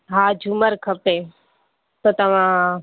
हा झूमर खपे त तव्हां